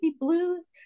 blues